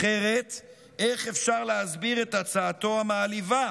אחרת איך אפשר להסביר את הצעתו המעליבה